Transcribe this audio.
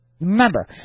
Remember